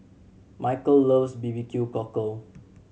Michel loves B B Q Cockle